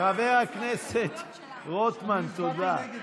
חבר הכנסת רוטמן, תודה.